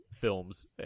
films